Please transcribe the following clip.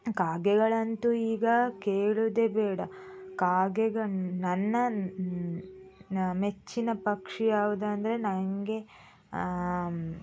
ಕಾಗೆಗಳಂತೂ ಈಗ ಕೇಳೋದೆ ಬೇಡ ಕಾಗೆಗೆ ನನ್ನ ಮೆಚ್ಚಿನ ಪಕ್ಷಿ ಯಾವುದು ಅಂದರೆ ನನಗೆ